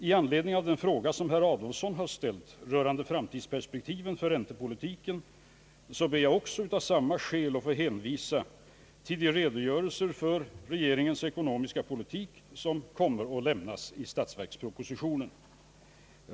I anledning av den fråga som herr Adolfsson har ställt rörande framtidsperspektiven för räntepolitiken ber jag av samma skäl att få hänvisa till den redogörelse för regeringens ekonomiska politik som kommer att lämnas i statsverkspropositionen.